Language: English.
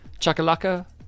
Chakalaka